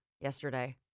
yesterday